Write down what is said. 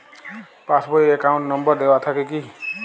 Pass বই এ account number দেওয়া থাকে কি?